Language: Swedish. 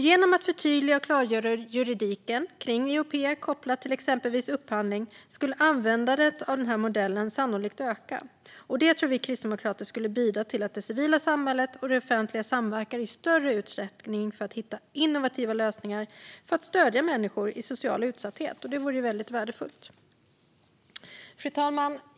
Genom att förtydliga och klargöra juridiken kring IOP kopplat till exempelvis upphandling kan man sannolikt öka användandet av modellen. Vi kristdemokrater tror att det skulle bidra till att det civila samhället och det offentliga samverkar i större utsträckning för att hitta innovativa lösningar för att stödja människor i social utsatthet. Det vore värdefullt. Fru talman!